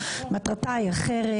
מטרתה היא אחרת,